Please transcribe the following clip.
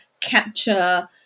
capture